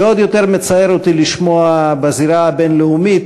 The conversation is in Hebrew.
ועוד יותר מצער אותי לשמוע בזירה הבין-לאומית